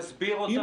תסביר.